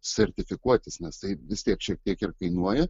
sertifikuotis nes tai vis tiek šiek tiek ir kainuoja